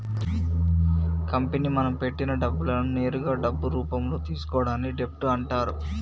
company మనం పెట్టిన పెట్టుబడులను నేరుగా డబ్బు రూపంలో తీసుకోవడాన్ని డెబ్ట్ అంటరు